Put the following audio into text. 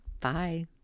Bye